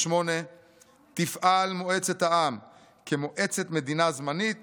תפעל מועצת העם כמועצת מדינה זמנית